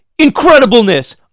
incredibleness